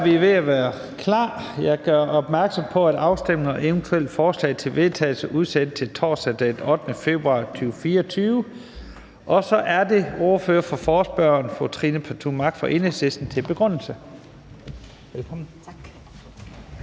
vi er ved at være klar. Jeg gør opmærksom på, at afstemning om eventuelle forslag til vedtagelse udsættes til torsdag den 8. februar 2024. Så er det ordføreren for forespørgerne, fru Trine Pertou Mach fra Enhedslisten, for en begrundelse.